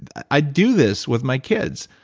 i do this with my kids.